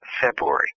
February